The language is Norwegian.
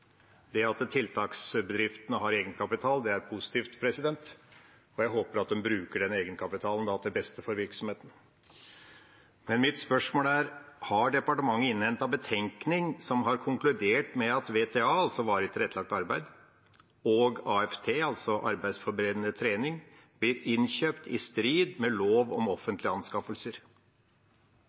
Det at tiltaksbedriftene har egenkapital, er positivt, og jeg håper de bruker den egenkapitalen til beste for virksomheten. Mitt spørsmål er: Har departementet innhentet betenkning som har konkludert med at VTA, altså varig tilrettelagt arbeid, og AFT, altså arbeidsforberedende trening, blir innkjøpt i strid med lov om offentlige anskaffelser?